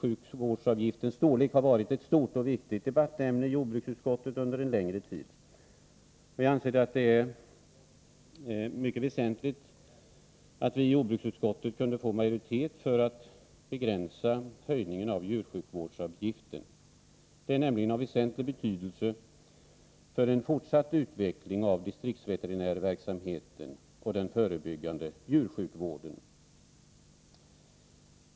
Storleken av denna avgift har varit ett stort och viktigt debattämne i jordbruksutskottet under en längre tid. Jag anser att det är mycket väsentligt att vi i jordbruksutskottet kunde få majoritet för att begränsa höjningen av djursjukvårdsavgiften. Det är nämligen av stor betydelse för en fortsatt utveckling av distriktsveterinärverksamheten och den förebyggande djursjukvården.